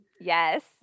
Yes